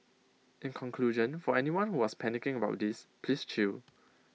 in conclusion for anyone who was panicking about this please chill